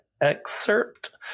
excerpt